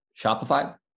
Shopify